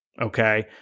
okay